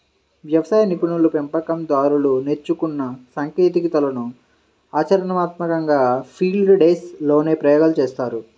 వ్యవసాయ నిపుణులు, పెంపకం దారులు నేర్చుకున్న సాంకేతికతలను ఆచరణాత్మకంగా ఫీల్డ్ డేస్ లోనే ప్రయోగాలు చేస్తారు